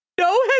No